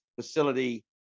facility